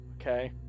Okay